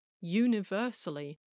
universally